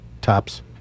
tops